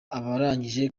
abarangije